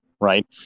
right